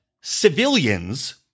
civilians